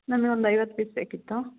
ನನ್ಗೆ ಒಂದು ಐವತ್ತು ಪೀಸ್ ಬೇಕಿತ್ತು